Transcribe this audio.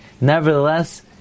Nevertheless